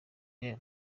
them